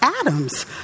Adams